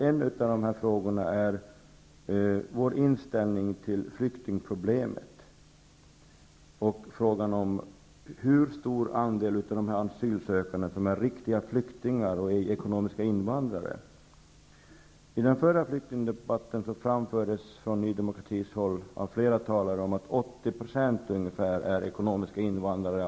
En av de frågorna är vår inställning till flyktingproblemet och hur stor andel av de asylsökande som är riktiga flyktingar och ej ekonomiska invandrare. I den förra flyktingdebatten framförde flera talare från Ny demokrati att ungefär 80 % av de asylsökande är ekonomiska invandrare.